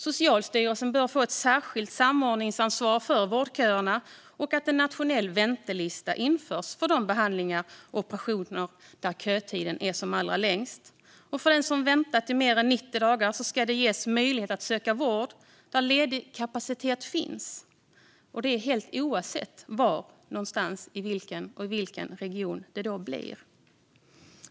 Socialstyrelsen bör få ett särskilt samordningsansvar för vårdköerna, och vi vill att en nationell väntelista införs för de behandlingar och operationer där kötiden är som allra längst. För den som väntat mer än 90 dagar ska det ges möjlighet att söka vård där ledig kapacitet finns, helt oavsett var och i vilken region det blir.